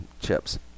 chips